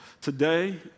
today